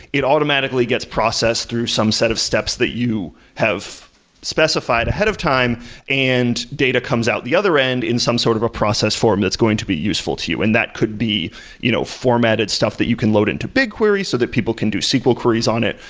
it automatically gets processed through some set of steps that you have specified ahead of time and data comes out the other end in some sort of a process form that's going to be useful to you, and that could be you know formatted stuff that you can load into bigquery so that people can do sql queries on it.